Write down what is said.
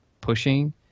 pushing